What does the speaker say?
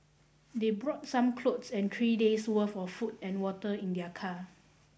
they brought some clothes and three days worth of food and water in their car